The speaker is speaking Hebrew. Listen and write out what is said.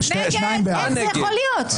1,182 מי בעד?